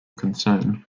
concern